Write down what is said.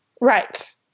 Right